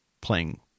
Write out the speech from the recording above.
playing